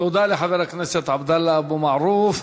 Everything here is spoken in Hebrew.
תודה לחבר הכנסת עבדאללה אבו מערוף.